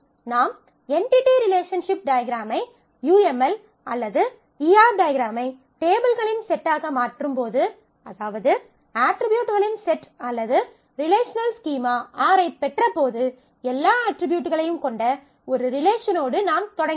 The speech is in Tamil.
நாம் என்டிடி ரிலேஷன்ஷிப் டயக்ரமை UML அல்லது ER டயக்ரமை டேபிள்களின் செட்டாக மாற்றும்போது அதாவது அட்ரிபியூட்களின் செட் அல்லது ரிலேஷனல் ஸ்கீமா R ஐப் பெற்ற போது எல்லா அட்ரிபியூட்களையும் கொண்ட ஒரு ரிலேஷனோடு நாம் தொடங்கினோம்